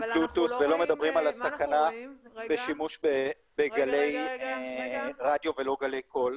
ולא מדברים על הסכנה בשימוש בגלי רדיו ולא בגלי קול.